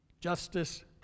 justice